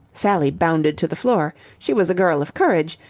sally bounded to the floor. she was a girl of courage,